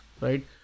right